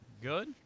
good